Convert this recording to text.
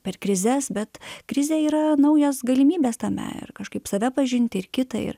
per krizes bet krizė yra naujos galimybės tame ir kažkaip save pažinti ir kitą ir